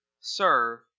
serve